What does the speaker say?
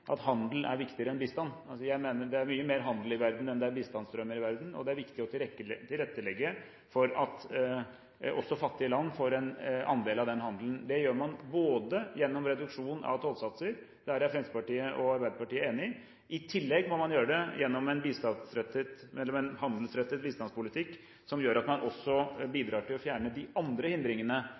at handel er viktigere enn bistand. Jeg mener det er mye mer handel i verden enn det er bistandsstrømmer i verden, og det er viktig å tilrettelegge for at også fattige land får en andel av den handelen. Det gjør man gjennom reduksjon av tollsatser – der er Fremskrittspartiet og Arbeiderpartiet enige – og man må gjøre det gjennom en handelsrettet bistandspolitikk som bidrar til å fjerne de andre hindringene